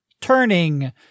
turning